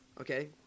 Okay